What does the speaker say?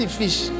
fish